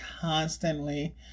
constantly